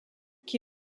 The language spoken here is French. qui